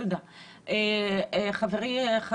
תודה, דינה.